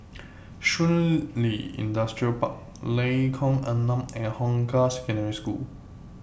Shun Li Industrial Park Lengkong Enam and Hong Kah Secondary School